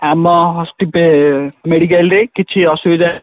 ଆମ ହଷ୍ଟିପେ ମେଡ଼ିକାଲ୍ରେ କିଛି ଅସୁବିଧା